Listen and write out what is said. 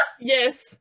Yes